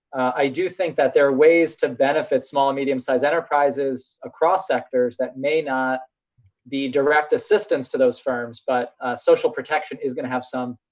i do think that there are ways to benefit small and medium size enterprises across sectors that may not be direct assistance to those firms but social protection is gonna have some,